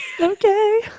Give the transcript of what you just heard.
Okay